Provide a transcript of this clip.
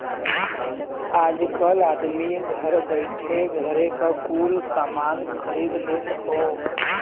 आजकल आदमी घर बइठे घरे क कुल सामान खरीद लेत हौ